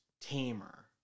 tamer